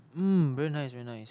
mm very nice very nice